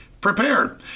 prepared